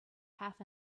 half